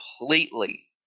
completely